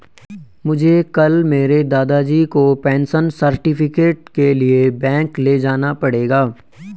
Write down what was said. मुझे कल मेरे दादाजी को पेंशन सर्टिफिकेट के लिए बैंक ले जाना पड़ेगा